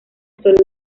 sólo